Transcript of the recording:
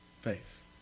faith